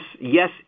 yes